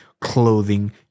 clothing